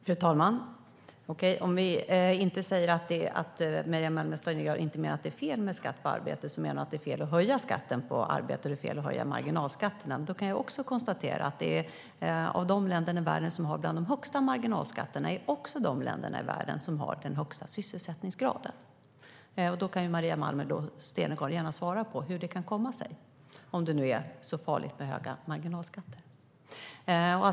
Fru talman! Om Maria Malmer Stenergard inte menar att det är fel med skatt på arbete menar hon att det är fel att höja skatten på arbete och att det är fel att höja marginalskatterna. Jag kan konstatera att de länder i världen som har bland de högsta marginalskatterna är också de länder som har den högsta sysselsättningsgraden. Då kan Maria Malmer Stenergard gärna svara på hur det kan komma sig om det nu är så farligt med höga marginalskatter.